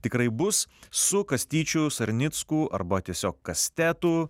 tikrai bus su kastyčiu sarnicku arba tiesiog kastetu